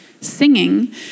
Singing